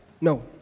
No